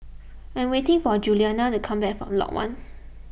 I am waiting for Juliana to come back from Lot one